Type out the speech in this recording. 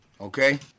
okay